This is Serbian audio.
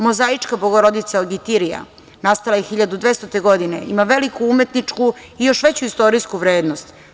Mozaička Bogorodica Odigitrija nastala je 1200. godine i ima veliku umetničku i još veću istorijsku vrednost.